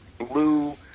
blue